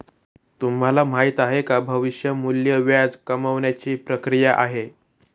तुम्हाला माहिती आहे का? भविष्य मूल्य व्याज कमावण्याची ची प्रक्रिया आहे